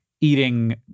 eating